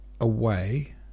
away